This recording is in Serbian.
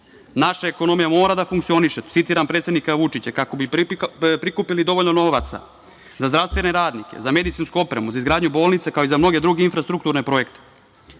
Naša ekonomija mora da funkcioniše. Citiram predsednika Vučića – kako bi prikupili dovoljno novca za zdravstvene radnike, za medicinsku opremu, za izgradnju bolnica kao i za mnoge druge infrastrukturne projekte,